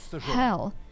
Hell